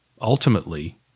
Ultimately